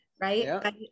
right